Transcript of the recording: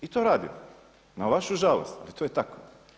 I to radimo, na vašu žalost ali to je tako.